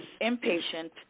impatient